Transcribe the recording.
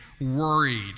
worried